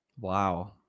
Wow